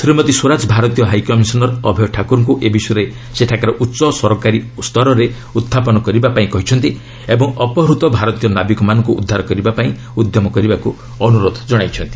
ଶ୍ରୀମତୀ ସ୍ୱରାଜ ଭାରତୀୟ ହାଇକମିଶନର ଅଭୟ ଠାକୁରଙ୍କୁ ଏ ବିଷୟରେ ସେଠାକାର ଉଚ୍ଚସରକାରୀ ସ୍ତରରେ ଉହ୍ରାପନ କରିବା ପାଇଁ କହିଛନ୍ତି ଓ ଅପହୃତ ଭାରତୀୟ ନାବିକମାନଙ୍କୁ ଉଦ୍ଧାର କରିବା ପାଇଁ ଉଦ୍ୟମ କରିବାକୁ ଅନୁରୋଧ ଜଣାଇଛନ୍ତି